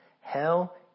Hell